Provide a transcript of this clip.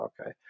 okay